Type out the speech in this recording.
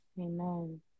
Amen